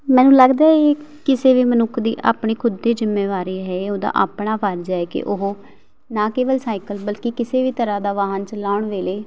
ਮੈਨੂੰ ਲੱਗਦਾ ਇਹ ਕਿਸੇ ਵੀ ਮਨੁੱਖ ਦੀ ਆਪਣੀ ਖੁਦ ਦੀ ਜਿੰਮੇਵਾਰੀ ਹੈ ਉਹਦਾ ਆਪਣਾ ਫਰਜ਼ ਹੈ ਕਿ ਉਹ ਉਹ ਨਾ ਕੇਵਲ ਸਾਈਕਲ ਬਲਕਿ ਕਿਸੇ ਵੀ ਤਰ੍ਹਾਂ ਦਾ ਵਾਹਨ ਚਲਾਉਣ ਵੇਲੇ